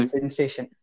Sensation